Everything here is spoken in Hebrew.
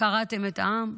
קרעתם את העם,